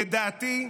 לדעתי,